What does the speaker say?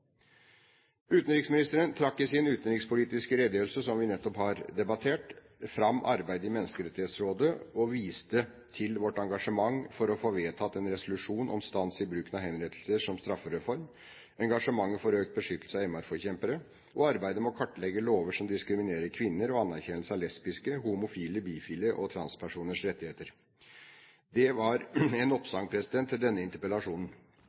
Utenriksministeren trakk i sin utenrikspolitiske redegjørelse, som vi nettopp har debattert, fram arbeidet i Menneskerettighetsrådet og viste til vårt engasjement for å få vedtatt en resolusjon om stans i bruk av henrettelser som straffeform, engasjementet for økt beskyttelse av MR-forkjempere og arbeidet med å kartlegge lover som diskriminerer kvinner og anerkjennelse av lesbiske, homofile, bifile og transpersoners rettigheter. Det var en oppsang til denne interpellasjonen.